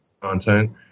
content